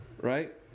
Right